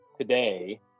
today